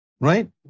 Right